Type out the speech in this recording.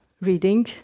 reading